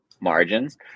margins